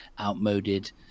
outmoded